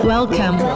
Welcome